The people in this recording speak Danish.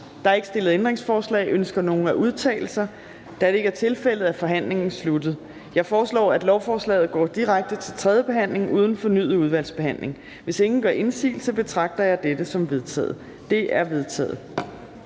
Der er ikke stillet ændringsforslag. Ønsker nogen at udtale sig? Da det ikke er tilfældet, er forhandlingen sluttet. Jeg foreslår, at lovforslaget går direkte til tredje behandling uden fornyet udvalgsbehandling. Hvis ingen gør indsigelse, betragter jeg dette som vedtaget. Det er vedtaget.